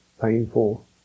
painful